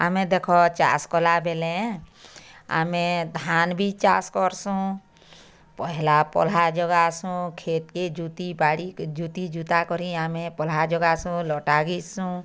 ଆମେ ଦେଖ ଚାଷ୍ କଲା ବେଲେ ଆମେ ଧାନ୍ ବି ଚାଷ୍ କରସୁଁ ପହେଲା ଜଗାସୁ କ୍ଷେତ କେ ଜୁତି ବାଡ଼ି ଜୁତି ଜୁତା କରି ଆମେ ପହଲା ଜଗାସୁଁ ଲଟା ଗିସୁଁ